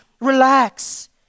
Relax